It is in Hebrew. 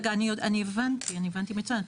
רגע, אני הבנתי מצוין.